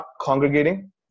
congregating